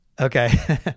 Okay